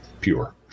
pure